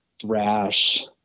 thrash